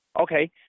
Okay